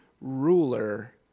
ruler